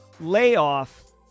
layoff